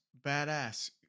badass